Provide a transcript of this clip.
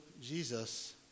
Jesus